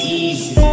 easy